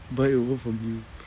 buy over from you